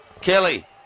Kelly